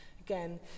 Again